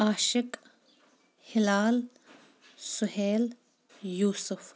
Ashiq Hilal Suhail Yusuf